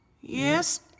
yes